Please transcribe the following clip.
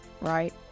right